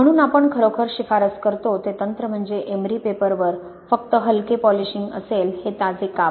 म्हणून आपण खरोखर शिफारस करतो ते तंत्र म्हणजे एमरी पेपरवर फक्त हलके पॉलिशिंग असले हे ताजे काप